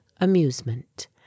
amusement